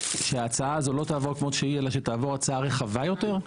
שההצעה הזו לא תעבור כמות שהיא אלא שתעבור הצעה רחבה יותר?